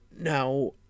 Now